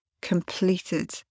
completed